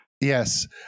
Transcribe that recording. Yes